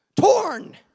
Torn